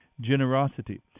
generosity